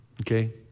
okay